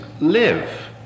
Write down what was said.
live